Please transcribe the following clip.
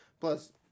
Plus